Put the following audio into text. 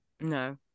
No